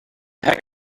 heck